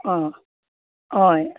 हय